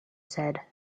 said